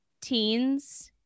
Teens